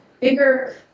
bigger